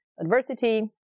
adversity